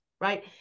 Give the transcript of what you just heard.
right